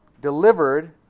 delivered